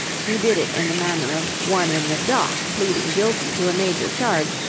he did it in the manner of one in the dock pleading guilty to a major charge,